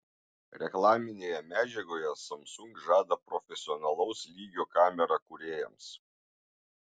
reklaminėje medžiagoje samsung žada profesionalaus lygio kamerą kūrėjams